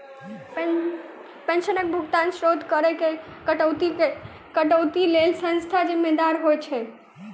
पेंशनक भुगतानक स्त्रोत पर करऽ केँ कटौतीक लेल केँ संस्था जिम्मेदार होइत छैक?